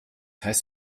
heißt